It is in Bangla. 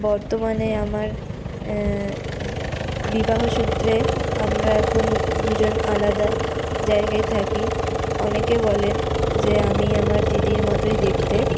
বর্তমানে আমার বিবাহ সুত্রে আমরা এখন দুজন আলাদা জায়গায় থাকি অনেকে বলেন যে আমি আমার দিদির মতই দেখতে